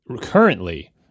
currently